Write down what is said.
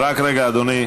רק רגע, אדוני.